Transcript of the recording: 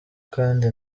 kandi